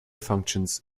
functions